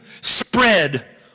spread